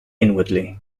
inwardly